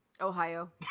Ohio